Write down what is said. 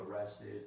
arrested